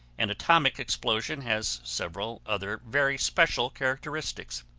an atomic explosion has several other very special characteristics.